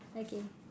okay